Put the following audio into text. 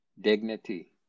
dignity